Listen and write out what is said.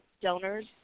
donors